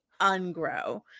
ungrow